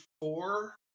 four